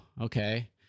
okay